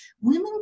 women